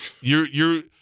You're—you're